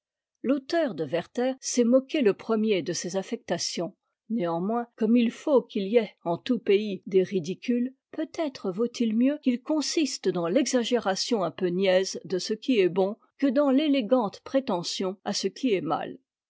l'auteur de eraer s'est moqué le premier de ces affectations néanmoins comme il faut qu'il y ait en tout pays des ridicules peut-être vaut-il mieux qu'ils consistent dans l'exagération un peu niaise de ce qui est bon que dans l'élégante prétention à ce qui est mal